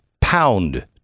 Pound